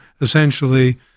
essentially